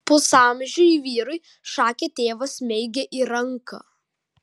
pusamžiui vyrui šake tėvas smeigė į ranką